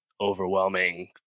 overwhelming